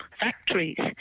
factories